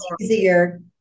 easier